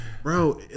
Bro